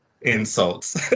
insults